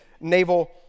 naval